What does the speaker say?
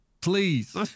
please